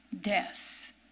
deaths